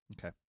okay